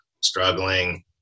struggling